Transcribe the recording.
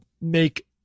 make